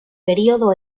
período